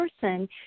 person